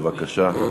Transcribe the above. בבקשה.